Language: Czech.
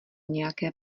nějaké